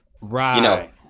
Right